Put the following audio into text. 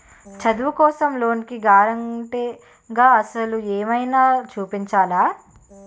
చదువు కోసం లోన్ కి గారంటే గా ఆస్తులు ఏమైనా చూపించాలా?